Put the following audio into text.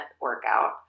workout